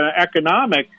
economic